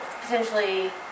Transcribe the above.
potentially